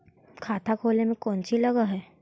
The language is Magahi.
खाता खोले में कौचि लग है?